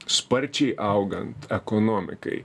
sparčiai augant ekonomikai